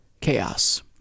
chaos